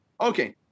Okay